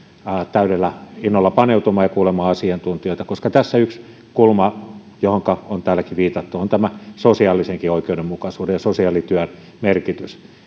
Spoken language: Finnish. täydellä innolla paneutumaan ja kuulemaan asiantuntijoita koska tässä yksi kulma johonka on täälläkin viitattu on tämä sosiaalisen oikeudenmukaisuuden ja sosiaalityön merkitys